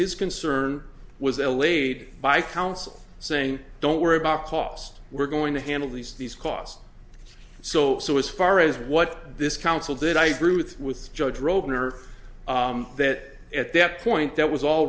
his concern was there laid by counsel saying don't worry about cost we're going to handle these these costs so so as far as what this council did i agree with with judge opener that at that point that was all